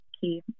key